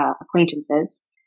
acquaintances